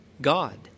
God